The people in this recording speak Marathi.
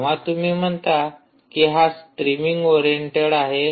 जेव्हा तुम्ही म्हणता की हा स्ट्रीमिंग ओरिएंटेड आहे